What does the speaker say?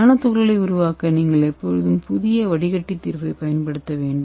நானோ துகள்களை உருவாக்க நீங்கள் எப்போதும் புதிய வடிகட்டி தீர்வைப் பயன்படுத்த வேண்டும்